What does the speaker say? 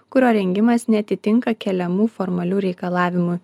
kurio rengimas neatitinka keliamų formalių reikalavimų